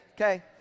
Okay